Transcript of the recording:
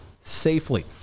safely